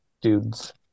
dudes